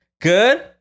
Good